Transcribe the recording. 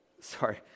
sorry